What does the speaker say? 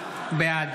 בבקשה לצאת.